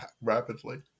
rapidly